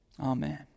Amen